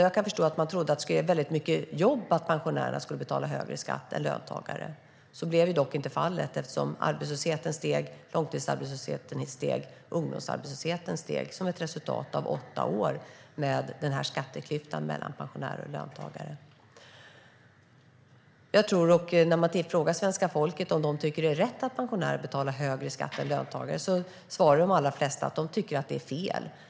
Jag har förstått att man trodde att det skulle ge många jobb om pensionärerna betalade högre skatt än löntagare. Så blev det dock inte eftersom arbetslösheten steg, långtidsarbetslösheten steg och ungdomsarbetslösheten steg som ett resultat av åtta år med denna skatteklyfta mellan pensionärer och löntagare. Frågar vi svenska folket om de tycker att det är rätt att pensionärer betalar högre skatt än löntagare svarar de allra flesta att det är fel.